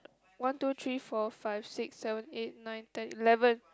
one two three four five six seven eight nine ten eleven